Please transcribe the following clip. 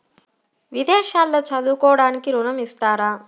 విదేశాల్లో చదువుకోవడానికి ఋణం ఇస్తారా?